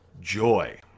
joy